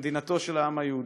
כמדינתו של העם היהודי.